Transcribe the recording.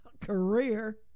career